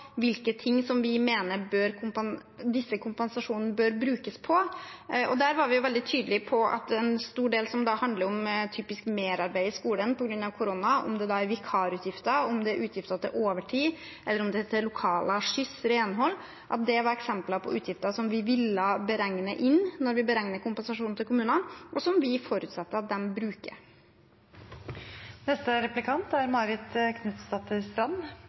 vi mener disse kompensasjonene bør brukes på. Vi var veldig tydelige på at en stor del av det som handler om typisk merarbeid i skolen på grunn av korona, om det er vikarutgifter, om det er utgifter til overtid, eller om det er til lokaler, skyss og renhold, er eksempler på utgifter som vi vil beregne inn når vi beregner kompensasjonen til kommunene, og som vi forutsetter at de bruker.